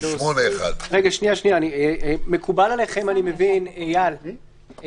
ברגע שאנחנו מגבילים זכות חוקתית,